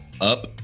Up